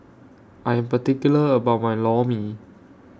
I'm particular about My Lor Mee